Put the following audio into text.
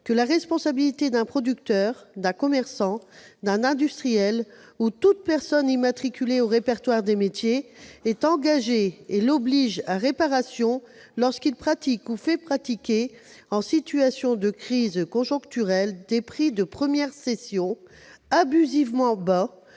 que la responsabilité d'un producteur, d'un commerçant, d'un industriel, ou de toute personne immatriculée au répertoire des métiers est engagée et l'oblige à réparation lorsqu'ils pratiquent ou font pratiquer, en situation de crise conjoncturelle, des prix de première cession abusivement bas